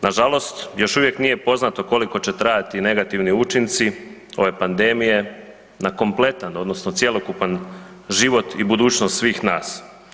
Nažalost još uvijek nije poznato koliko će trajati negativni učinci ove pandemije, na kompletan, odnosno cjelokupan život i budućnost svih nas.